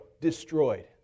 destroyed